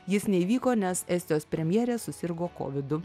jis neįvyko nes estijos premjerė susirgo kovidu